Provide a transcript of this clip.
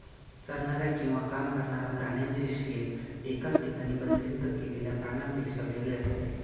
चरणाऱ्या किंवा काम करणाऱ्या प्राण्यांचे शेण एकाच ठिकाणी बंदिस्त केलेल्या प्राण्यांपेक्षा वेगळे असते